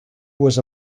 was